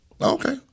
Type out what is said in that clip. Okay